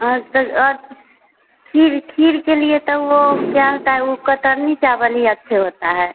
और तो और खीर खीर के लिए तो वो क्या होता है वो कतरनी चावल ही अच्छे होता है